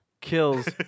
kills